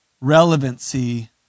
relevancy